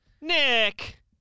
Nick